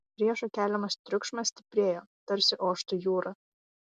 priešo keliamas triukšmas stiprėjo tarsi oštų jūra